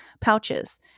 pouches